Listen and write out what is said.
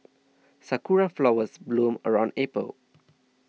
sakura flowers bloom around April